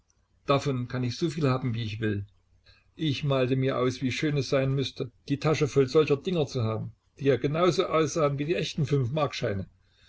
davon kann ich soviel haben wie ich will ich malte mir aus wie schön es sein müßte die tasche voll solcher dinger zu haben die ja genau so aussahen wie die echten fünfmarkscheine